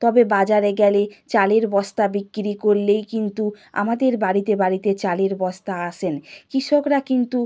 তবে বাজারে গেলে চালের বস্তা বিক্রি করলেই কিন্তু আমাদের বাড়িতে বাড়িতে চালের বস্তা আসে কৃষকরা কিন্তু